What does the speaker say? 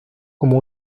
como